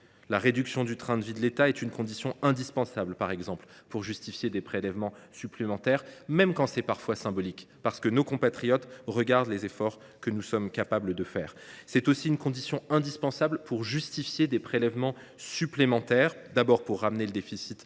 la réduction du train de vie de l’État est une condition indispensable pour justifier des prélèvements supplémentaires, même si elle est parfois symbolique, nos compatriotes étant attentifs aux efforts que nous sommes capables de faire. Elle est aussi une condition indispensable pour justifier des prélèvements supplémentaires afin de ramener le déficit